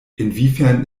inwiefern